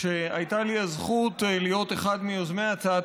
הייתה לי הזכות להיות אחד מיוזמי הצעת